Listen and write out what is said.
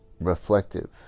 reflective